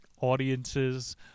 audiences